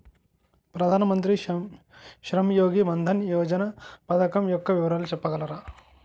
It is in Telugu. ప్రధాన మంత్రి శ్రమ్ యోగి మన్ధన్ యోజన పథకం యెక్క వివరాలు చెప్పగలరా?